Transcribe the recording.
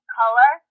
color